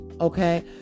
okay